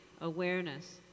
awareness